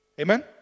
Amen